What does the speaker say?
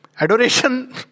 adoration